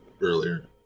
earlier